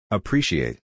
Appreciate